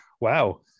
wow